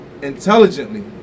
Intelligently